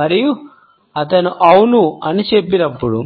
మరియు అతను అవును అని చెప్పినప్పుడు